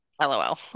LOL